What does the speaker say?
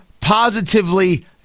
positively